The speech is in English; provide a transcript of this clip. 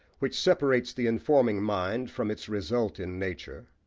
which separates the informing mind from its result in nature,